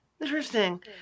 Interesting